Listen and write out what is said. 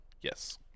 Yes